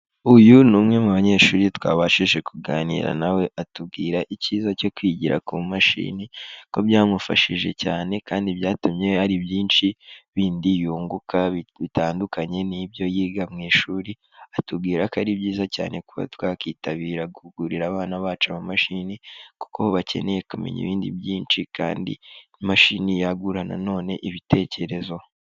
Uyu ni umwe mu banyeshuri twabashije kuganira na we atubwira icyiza cyo kwigira ku mashini, ko byamufashije cyane kandi byatumye hari byinshi bindi yunguka bitandukanye n'ibyo yiga mu ishuri, atubwira ko ari byiza cyane kuba twakitabira kugurira abana bacu amamashini, kuko bakeneye kumenya ibindi byinshi kandi imashini yagura na none ibitekerezo.